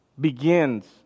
begins